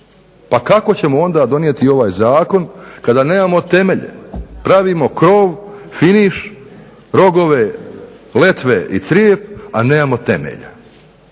Pa kako ćemo onda donijeti ovaj zakon kada nemamo temelje? Pravimo krov, finiš, rogove, letve i crijep, a nemamo temelja.